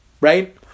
right